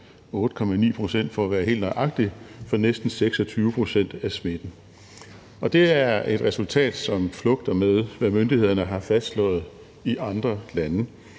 8,9 pct., for at være helt nøjagtig, for næsten 26 pct. af smitten, og det er et resultat, som flugter med, hvad myndighederne har fastslået i andre lande.